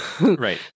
Right